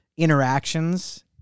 interactions